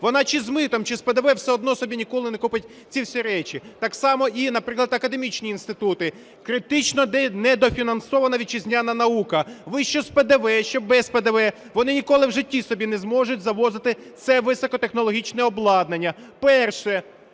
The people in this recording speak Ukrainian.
Вона чи з митом, чи з ПДВ все одно собі ніколи не купить ці всі речі. Так само і, наприклад, академічні інститути. Критично недофінансована вітчизняна наука. Ви що з ПДВ, що без ПДВ, – вони ніколи в житті собі не зможуть завозити це високотехнологічне обладнання. Перше.